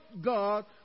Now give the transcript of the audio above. God